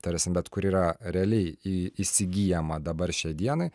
tarsi bet kur yra realiai įsigyjama dabar šiai dienai